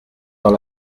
dans